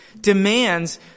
demands